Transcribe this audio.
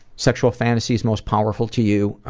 sexual fantasies most powerful to you?